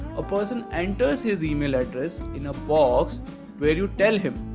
a person enters his email address in a box where you tell him.